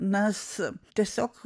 nes tiesiog